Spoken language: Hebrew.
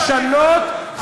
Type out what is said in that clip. על הסרטונים שלהם?